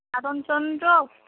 সাধন চন্দ্র